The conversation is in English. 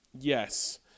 yes